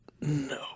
No